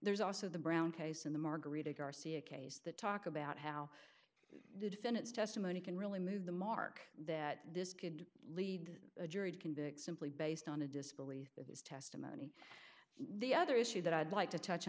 there's also the brown case in the margarita garcia case the talk about how to defend its testimony can really move the mark that this could lead a jury to convict simply based on a disbelief that his testimony the other issue that i'd like to touch